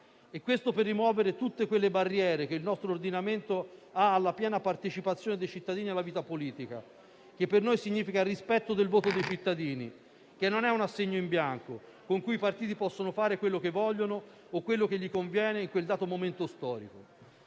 Ciò per rimuovere tutte quelle barriere che il nostro ordinamento ha alla piena partecipazione dei cittadini alla vita politica, che per noi significa rispetto del voto dei cittadini, che non è un assegno in bianco con cui i partiti possono fare quello che vogliono o quello che gli conviene in quel dato momento storico.